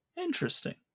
interesting